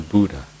Buddha